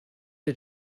did